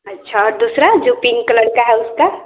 अच्छा और दूसरा है जो पिंक कलर का है उसका